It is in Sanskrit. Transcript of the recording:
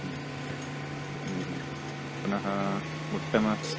पुनः उत्तम